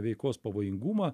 veikos pavojingumą